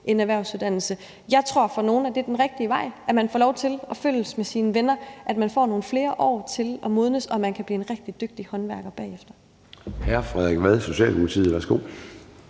en erhvervsuddannelse. Jeg tror, at det for nogle er den rigtige vej, at man får lov til at følges med sine venner, at man får nogle flere år til at modnes, og man kan blive en rigtig dygtig håndværker bagefter.